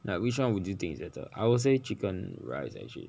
like which one would you think is better I would say chicken rice actually